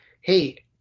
hey